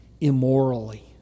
immorally